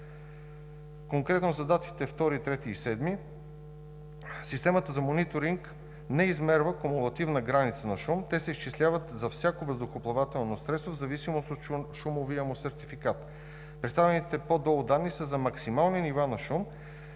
Конкретно за датите – 2 юли, 3 юли и 7 юли, системата за мониторинг не измерва кумулативна граница на шум. Тя се изчислява за всяко въздухоплавателно средство в зависимост от шумовия му сертификат. Представените по-долу данни са за максимални нива на шум